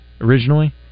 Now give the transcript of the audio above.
originally